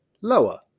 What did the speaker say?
Lower